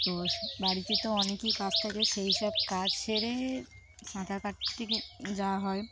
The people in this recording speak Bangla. তো বাড়িতে তো অনেকই কাজ থাকে সেই সব কাজ সেরে সাঁতার কাটতে যাওয়া হয়